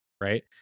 right